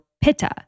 pitta